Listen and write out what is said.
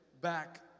back